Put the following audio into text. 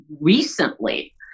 recently